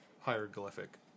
hieroglyphic